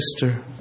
sister